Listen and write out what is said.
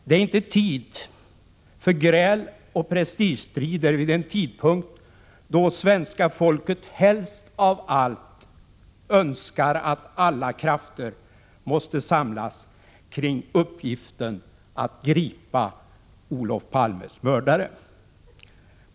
Det är inte tid för gräl och prestigestrider vid en tidpunkt då svenska folket helst av allt önskar att alla krafter måste samlas kring uppgiften att gripa Olof Palmes mördare.